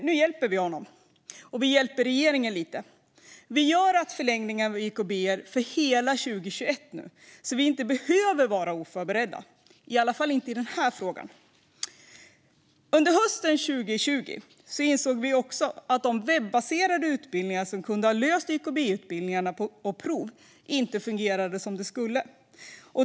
Nu hjälper vi honom, och vi hjälper regeringen lite. Vi gör att förlängningen av YKB sträcker sig över hela 2021, så att vi inte behöver vara oförberedda, i alla fall inte i den här frågan. Under hösten 2020 insåg vi också att de webbaserade utbildningar som kunde ha löst YKB-utbildningar och prov inte fungerade som de skulle.